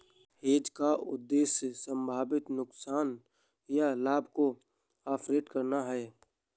hedge का उद्देश्य संभावित नुकसान या लाभ को ऑफसेट करना है